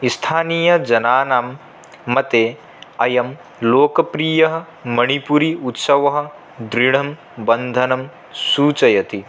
स्थानीय जनानां मते अयं लोकप्रियः मणिपुरि उत्सवः दृढं बन्धनं सूचयति